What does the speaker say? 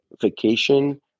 vacation